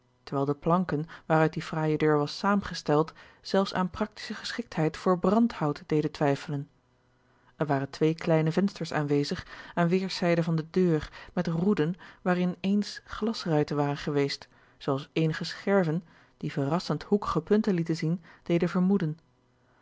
terwijl de planken waaruit die fraaije deur was george een ongeluksvogel zaamgesteld zelfs aan praktische geschiktheid voor brandhout deden twijfelen er waren twee kleine vensters aanwezig aan weêrszijden van de deur met roeden waarin eens glasruiten waren geweest zoo als eenige scherven die verrassend hoekige punten lieten zien deden vermoeden